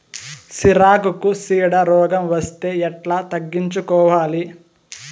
సిరాకుకు చీడ రోగం వస్తే ఎట్లా తగ్గించుకోవాలి?